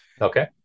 Okay